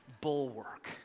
bulwark